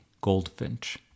goldfinch